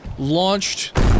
launched